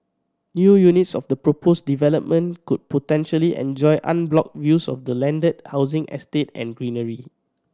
new units of the proposed development could potentially enjoy unblocked views of the landed housing estate and greenery